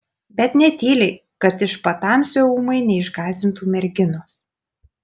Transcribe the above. bet ne tyliai kad iš patamsio ūmai neišgąsdintų merginos